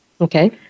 Okay